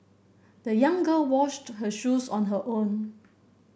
the young girl washed her shoes on her own